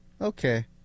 Okay